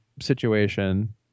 situation